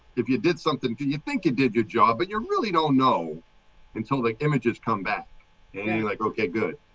if you did something. you you think it did your job but you really don't know until the images come back and you're like, okay, good.